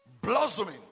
blossoming